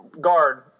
guard